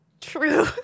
true